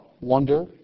wonder